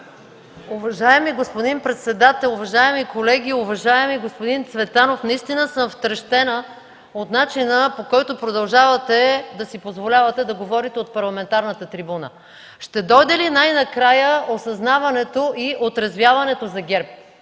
Уважаеми господин председател, уважаеми колеги! Уважаеми господин Цветанов, наистина съм втрещена от начина, по който продължавате да си позволявате да говорите от парламентарната трибуна! Ще дойде ли най-накрая осъзнаването и отрезвяването за ГЕРБ?